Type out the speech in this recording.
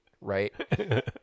right